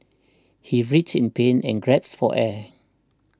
he writhed in pain and grasped for air